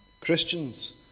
Christians